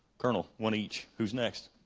colonel. one each. who's next?